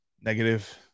negative